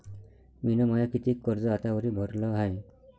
मिन माय कितीक कर्ज आतावरी भरलं हाय?